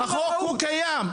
החוק, הוא רק אומר שהוא קיים.